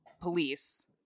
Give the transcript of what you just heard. police